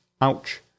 Ouch